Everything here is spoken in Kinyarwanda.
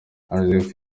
joseph